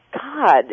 God